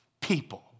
people